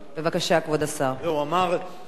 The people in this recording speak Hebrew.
חבר הכנסת אלדד אמר שלא שכנעתי,